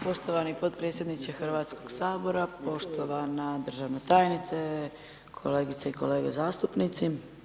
Poštovani potpredsjedniče Hrvatskog sabora, poštovana državna tajnice, kolegice i kolege zastupnici.